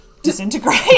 disintegrate